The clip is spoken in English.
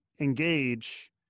engage